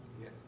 Yes